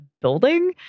building